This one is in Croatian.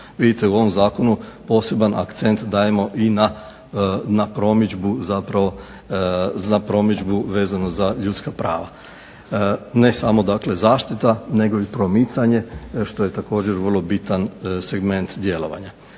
Vidite, u ovom zakonu poseban akcent dajemo i na promidžbu vezano za ljudska prava, ne samo dakle zaštita nego i promicanje što je također vrlo bitan segment djelovanja.